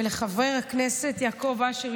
ולחבר הכנסת יעקב אשר,